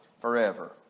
forever